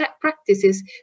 practices